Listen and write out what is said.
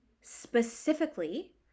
specifically